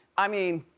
i mean,